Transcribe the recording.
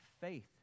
faith